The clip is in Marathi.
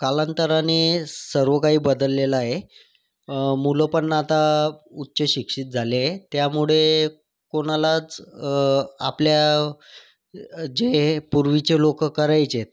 कालांतराने सर्व काही बदललेलं आहे मुलं पण आता उच्चशिक्षित झाले आहे त्यामुळे कोणालाच आपल्या जे पूर्वीचे लोक करायचेत